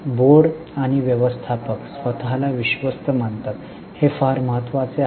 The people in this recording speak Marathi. बोर्ड आणि व्यवस्थापक स्वत ला विश्वस्त मानतात हे फार महत्वाचे आहे